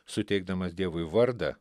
suteikdamas dievui vardą